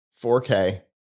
4k